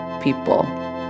people